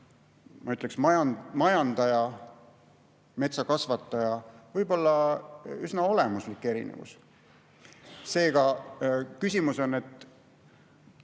ma ütleksin, majandaja, metsakasvataja üsna olemuslik erinevus. Seega, küsimus on,